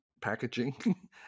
packaging